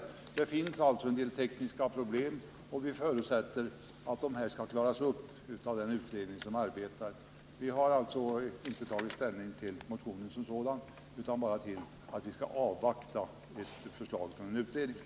Det finns alltså en del tekniska problem, och vi förutsätter att de skall klaras upp av den utredning som nu arbetar. Utskottet har alltså inte tagit ställning till motionen som sådan utan bara ansett att vi skall avvakta ett förslag från utredningen.